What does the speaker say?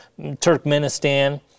Turkmenistan